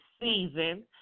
season